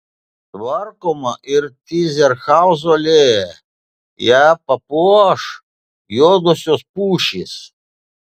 tvarkoma ir tyzenhauzų alėja ją papuoš juodosios pušys